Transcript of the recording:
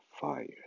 fire